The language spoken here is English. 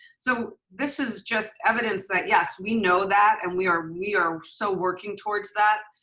so this is just evidence that yes, we know that and we are we are so working towards that,